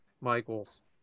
Michaels